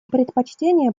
предпочтение